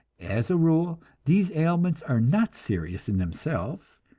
as a rule these ailments are not serious in themselves,